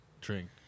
Drink